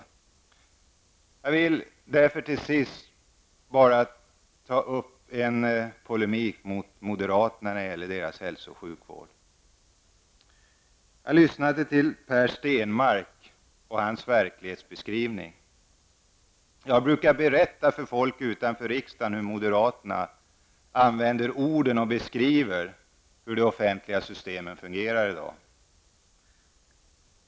Sedan vill jag polemisera mot moderaterna när det gäller deras hälso och sjukvårdspolitik. Jag lyssnade till Per Stenmarcks verklighetsbeskrivning. Jag brukar berätta för folk utanför riksdagen hur moderaterna använder orden och hur de beskriver hur de offentliga systemen fungerar i dag.